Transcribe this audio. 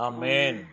Amen